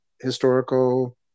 historical